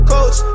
Coach